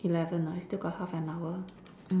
eleven ah we still got half an hour mm